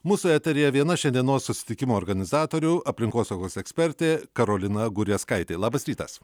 mūsų eteryje viena šiandienos susitikimo organizatorių aplinkosaugos ekspertė karolina gurjazkaitė labas rytas